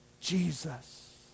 Jesus